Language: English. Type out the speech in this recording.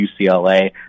UCLA